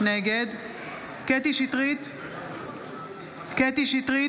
נגד קטי קטרין שטרית,